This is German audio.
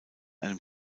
einem